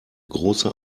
großer